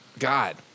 God